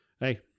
hey